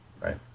Right